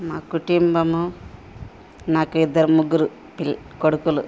మా కుటుంబము నాకు ఇద్దరు ముగ్గురు పిల్ కొడుకులు